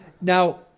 Now